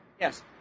Yes